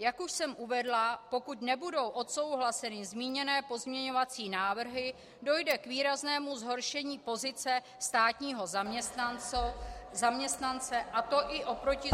Jak už jsem uvedla, pokud nebudou odsouhlaseny zmíněné pozměňovací návrhy, dojde k výraznému zhoršení pozice státního zaměstnance, a to i oproti zákonu